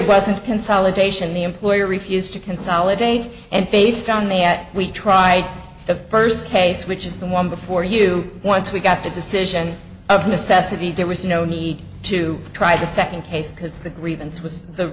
wasn't a consolidation the employer refused to consolidate and based on me at we tried the first case which is the one before you once we got the decision of necessity there was no need to try the second case because the grievance was the the